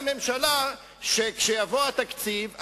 הממשלה יודעת שכשיבוא התקציב,